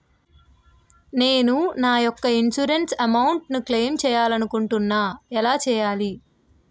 నేను నా యెక్క ఇన్సురెన్స్ అమౌంట్ ను క్లైమ్ చేయాలనుకుంటున్నా ఎలా చేయాలి?